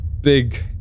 big